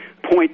Point